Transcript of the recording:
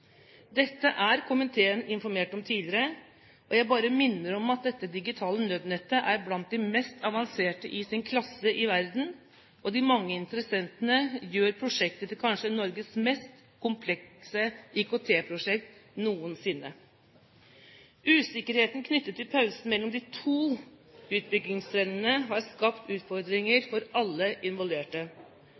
Dette er komiteen informert om tidligere, og jeg bare minner om at dette digitale nødnettet er blant de mest avanserte i sin klasse i verden, og de mange interessentene gjør prosjektet til Norges kanskje mest komplekse IKT-prosjekt noensinne. Usikkerheten knyttet til pausen mellom de to utbyggingstrinnene har skapt utfordringer for alle involverte,